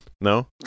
No